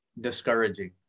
discouraging